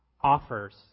offers